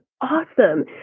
awesome